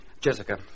Jessica